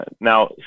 Now